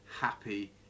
happy